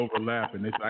overlapping